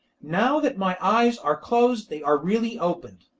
now that my eyes are closed they are really opened.